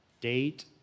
Date